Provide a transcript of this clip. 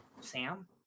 sam